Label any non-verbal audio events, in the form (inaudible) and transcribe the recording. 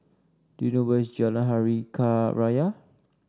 do you know where is Jalan Hari (unintelligible) Raya